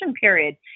period